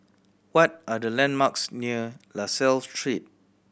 what are the landmarks near La Salle Street